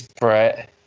Brett